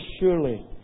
surely